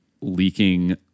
leaking